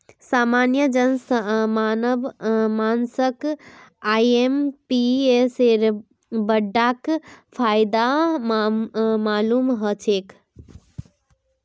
सामान्य जन मानसक आईएमपीएसेर बडका फायदा मालूम ह छेक